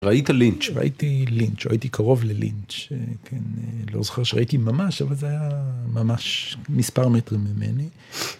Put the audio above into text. ראית לינץ'. ראיתי לינץ', הייתי קרוב ללינץ', אה, כן, לא זוכר שראיתי ממש, אבל זה היה... ממש מספר מטרים ממני.